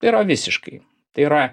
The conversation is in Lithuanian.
tai yra visiškai tai yra